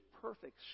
perfect